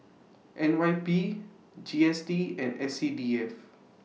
N Y P G S T and S C D F